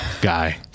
Guy